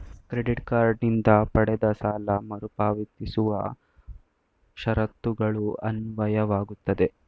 credit card ನಿಂದ ಪಡೆದ ಸಾಲ ಮರುಪಾವತಿಸುವ ಷರತ್ತುಗಳು ಅನ್ವಯವಾಗುತ್ತವೆ